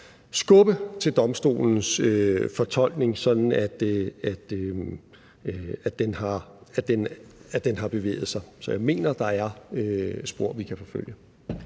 skubbe til domstolens fortolkning, sådan at den har bevæget sig. Så jeg mener, at der er spor, vi kan forfølge.